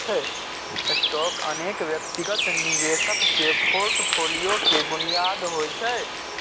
stock अनेक व्यक्तिगत निवेशक के फोर्टफोलियो के बुनियाद होइ छै